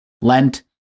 Lent